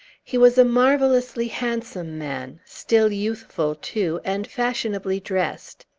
he was a marvellously handsome man still youthful, too, and fashionably dressed.